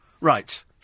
Right